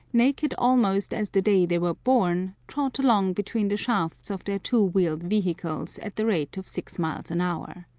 naked almost as the day they were born, trot along between the shafts of their two-wheeled vehicles at the rate of six miles an hour.